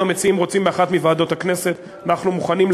אם המציעים רוצים באחת מוועדות הכנסת אנחנו מוכנים,